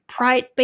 Pride